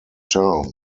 town